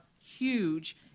huge